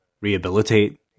rehabilitate